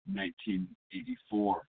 1984